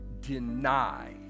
deny